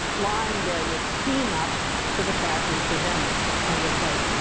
lying there with steam up for the passage to venice. end of quote.